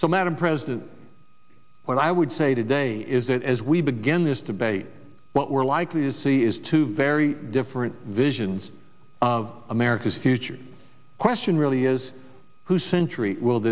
so madam president what i would say today is that as we begin this debate what we're likely to see is two very different visions of america's future question really is who century will